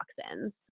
toxins